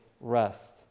rest